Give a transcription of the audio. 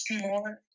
more